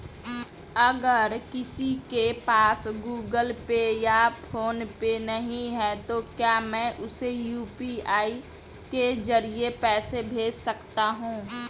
अगर किसी के पास गूगल पे या फोनपे नहीं है तो क्या मैं उसे यू.पी.आई के ज़रिए पैसे भेज सकता हूं?